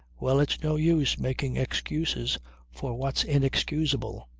well, it's no use making excuses for what's inexcusable.